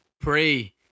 pray